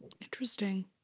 Interesting